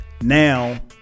now